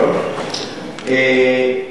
אה?